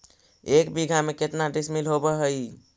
एक बीघा में केतना डिसिमिल होव हइ?